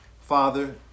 Father